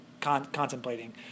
contemplating